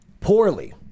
poorly